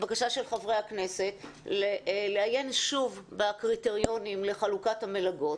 בקשה של חברי הכנסת לעיין שוב בקריטריונים לחלוקת המלגות,